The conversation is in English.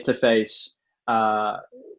face-to-face